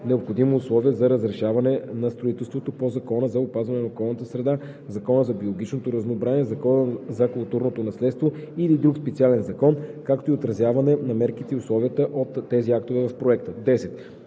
необходимо условие за разрешаване на строителството по Закона за опазване на околната среда, Закона за биологичното разнообразие, Закона за културното наследство или друг специален закон, както и отразяване на мерките и условията от тези актове в проекта;